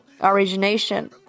origination